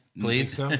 please